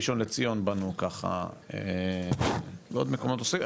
ראשון לציון בנו ככה ועוד מקומות נוספים,